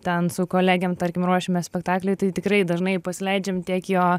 ten su kolegėm tarkim ruošiamės spektakliui tai tikrai dažnai pasileidžiam tiek jo